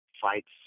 fights